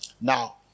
Now